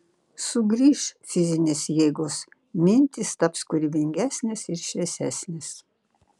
sugrįš fizinės jėgos mintys taps kūrybingesnės ir šviesesnės